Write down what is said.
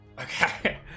Okay